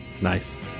Nice